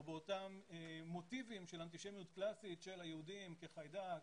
באותם מוטיבים של אנטישמיות קלאסית של היהודים כחיידק,